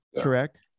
Correct